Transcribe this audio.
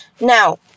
Now